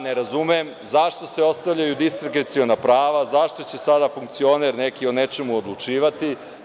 Ne razumem zašto se ostavljaju diskreciona prava, zašto će sada funkcioner neki o nečemu odlučivati?